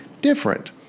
different